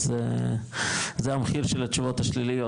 אז זה המחיר של התשובות השליליות,